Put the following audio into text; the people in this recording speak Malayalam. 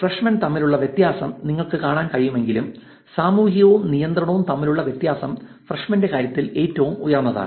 ഫ്രഷ്മെൻ തമ്മിലുള്ള വ്യത്യാസം നിങ്ങൾക്ക് കാണാൻ കഴിയുമെങ്കിലും സാമൂഹികവും നിയന്ത്രണവും തമ്മിലുള്ള വ്യത്യാസം ഫ്രഷ്മെൻ ന്റെ കാര്യത്തിൽ ഏറ്റവും ഉയർന്നതാണ്